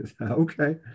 Okay